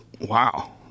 Wow